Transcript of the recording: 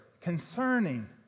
concerning